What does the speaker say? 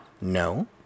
No